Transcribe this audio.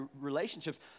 relationships